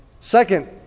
second